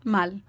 Mal